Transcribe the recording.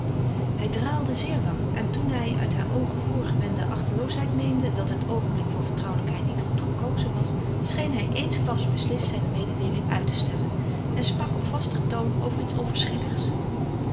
hij draalde zeer lang en toen hij uit haar voorgewende achteloosheid meende dat het oogenblik van vertrouwelijkheid niet goed gekozen was scheen hij eensklaps beslist zijne mededeeling uit te stellen en sprak op vasteren toon over iets